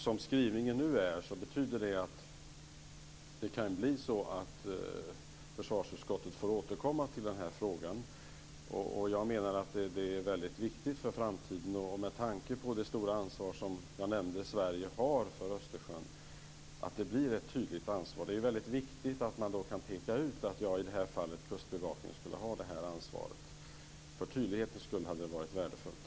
Som skrivningen nu är kan försvarsutskottet få återkomma till den här frågan. Jag menar att det är väldigt viktigt för framtiden med tanke på det stora ansvar Sverige har för Östersjön att det blir ett tydligt ansvar. Det är viktigt att man kan peka ut att Kustbevakningen har ansvaret i det här fallet. För tydlighetens skull hade det varit värdefullt.